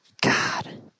God